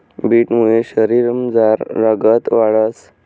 बीटमुये शरीरमझार रगत वाढंस